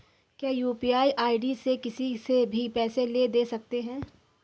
क्या UPI ID से किसी से भी पैसे ले दे सकते हैं?